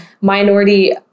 minority